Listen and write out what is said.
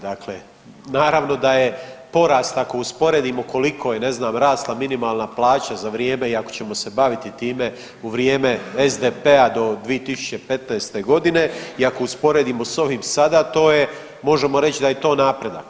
Dakle naravno da je porast ako usporedimo koliko je ne znam rasla minimalna plaća za vrijeme i ako ćemo se baviti time u vrijeme SDP-a do 2015. godine i ako usporedimo sa ovim sada, to je možemo reći da je to napredak.